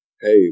hey